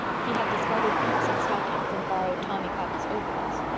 he had discarded boots and stockings and borrowed tommy cotton's overalls.